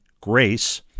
grace